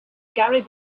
gary